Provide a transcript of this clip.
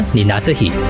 Ninatahi